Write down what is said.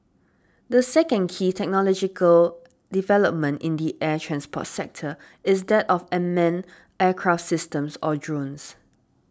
the second key technological development in the air transport sector is that of amend aircraft systems or drones